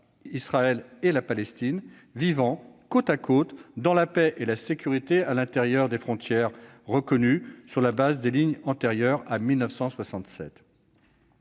Israël et la Palestine, vivant côte à côte dans la paix et la sécurité à l'intérieur de frontières reconnues, sur la base des lignes antérieures à 1967.